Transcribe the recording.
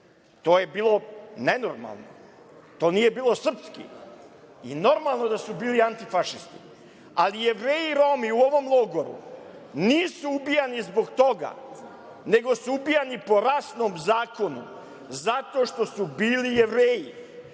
to je bilo nenormalno, to nije bilo srpski, i normalno je da su bili antifašisti. Ali, Jevreji i Romi u ovom logoru nisu ubijani zbog toga, nego su ubijani po rasnom zakonu, zato što su bili Jevreji,